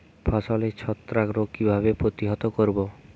ফসলের ছত্রাক রোগ কিভাবে প্রতিহত করব?